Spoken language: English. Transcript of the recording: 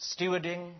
stewarding